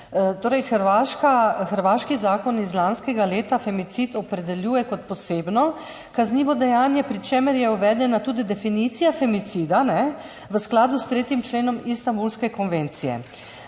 Hrvaški zakon iz lanskega leta femicid opredeljuje kot posebno kaznivo dejanje, pri čemer je uvedena tudi definicija femicida v skladu s 3. členom Istanbulske konvencije.